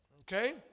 Okay